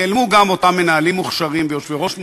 נעלמו גם אותם מנהלים מוכשרים ויושבי-ראש.